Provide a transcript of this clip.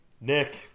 Nick